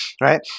Right